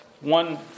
One